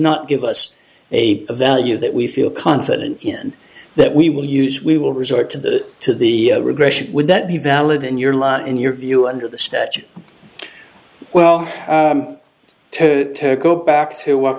not give us a value that we feel confident in that we will use we will resort to that to the regression would that be valid in your lot in your view under the statute well to go back to wh